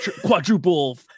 quadruple